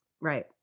Right